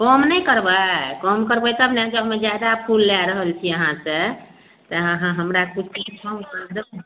कम नहि करबय कम करबय तब ने जब हम जादा फूल लए रहल छी अहाँसँ तऽ अहाँ हमरा किछु